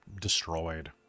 destroyed